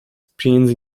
pieniędzy